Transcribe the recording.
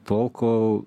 tol kol